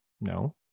No